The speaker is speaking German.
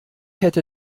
hätte